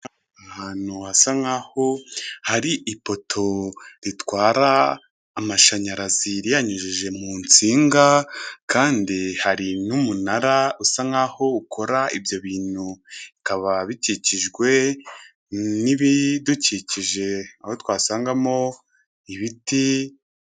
Ahantu hasa nkaho hari ipoto ritwara amashanyarazi riyanyujije mu nsinga kandi hari n'umunara usa nkaho ukora ibyo bintu bikaba bikikijwe n'ibidukikije aho twasangamo ibiti.